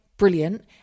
brilliant